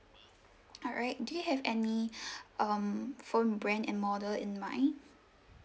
alright do you have any um phone brand and model in mind